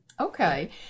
Okay